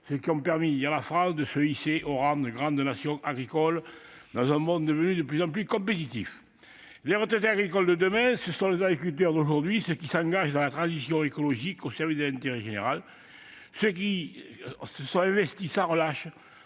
ceux qui ont permis à la France de se hisser au rang de grande nation agricole dans un monde devenu de plus en plus compétitif. Les retraités agricoles de demain, ce sont les agriculteurs d'aujourd'hui, ceux qui s'engagent dans la transition écologique au service de l'intérêt général, ceux qui se sont investis sans relâche,